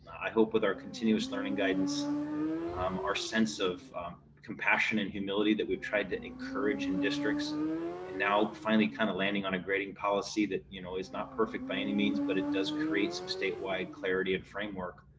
i hope with our continuous learning guidance our sense of compassion and humility that we've tried to encourage in districts and now finally kind of landing on a grading policy that you know is not perfect by any means. but it does create some statewide clarity and framework.